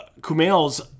Kumail's